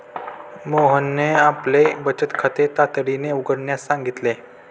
मोहनने आपले बचत खाते तातडीने उघडण्यास सांगितले